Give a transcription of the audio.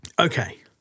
Okay